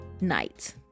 night